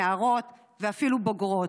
נערות ואפילו בוגרות.